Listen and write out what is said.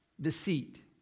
deceit